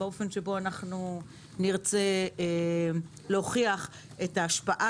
באופן שבו אנחנו נרצה להוכיח את ההשפעה